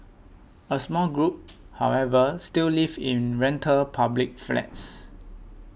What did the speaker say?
a small group however still live in rental public flats